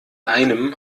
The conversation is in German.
einem